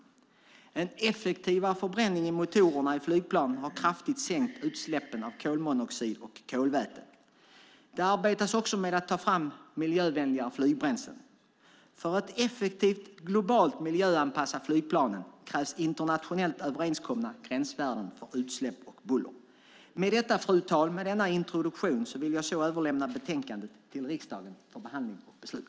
En effektivare förbränning i motorerna i flygplanen har kraftigt sänkt utsläppen av kolmonoxid och kolväten. Det arbetas också med att ta fram miljövänligare flygbränslen. För att effektivt globalt miljöanpassa flygplanen krävs internationellt överenskomna gränsvärden för utsläpp och buller. Med denna introduktion, fru talman, vill jag överlämna betänkandet till riksdagen för behandling och beslut.